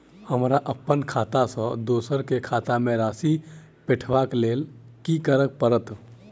हमरा अप्पन खाता सँ दोसर केँ खाता मे राशि पठेवाक लेल की करऽ पड़त?